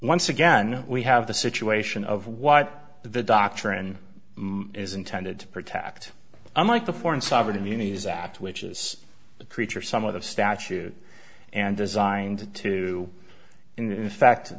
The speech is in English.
once again we have the situation of what the doctrine is intended to protect i'm like the foreign sovereign immunity is that which is a creature some of the statute and designed to in fact